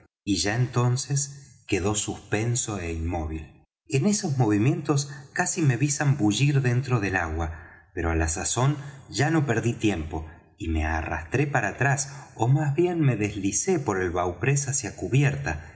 y ya entonces quedó suspenso é inmóvil en esos movimientos casi me ví zabullir dentro del agua pero á la sazón ya no perdí tiempo y me arrastré para atrás ó más bien me deslicé por el bauprés hacia cubierta